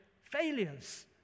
failures